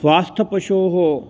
स्वस्थपशोः